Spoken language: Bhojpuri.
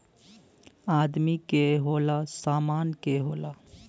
आदमी के होला, सामान के होला